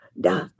da